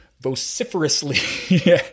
vociferously